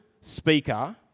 speaker